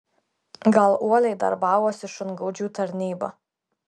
gal uoliai darbavosi šungaudžių tarnyba